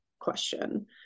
question